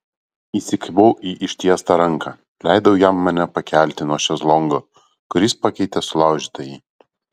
įsikibau į ištiestą ranką leidau jam mane pakelti nuo šezlongo kuris pakeitė sulaužytąjį